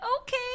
okay